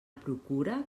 procura